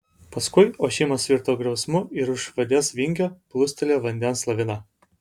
paskui ošimas virto griausmu ir iš už vadės vingio plūstelėjo vandens lavina